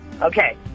Okay